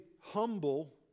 humble